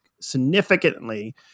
significantly